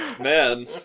Man